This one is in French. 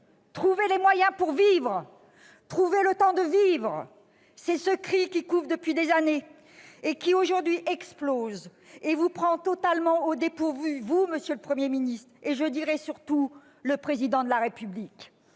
trouver les moyens pour vivre, trouver le temps de vivre ! C'est ce cri, qui couve depuis des années, qui aujourd'hui explose et vous prend totalement au dépourvu, vous, monsieur le Premier ministre, et, surtout, le Président de la République.